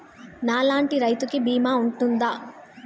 నా లాంటి రైతు కి బీమా ఉంటుందా?